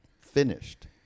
finished